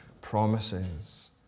promises